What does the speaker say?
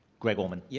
greg orman. yeah